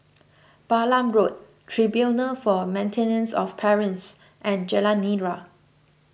Balam Road Tribunal for Maintenance of Parents and Jalan Nira